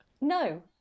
No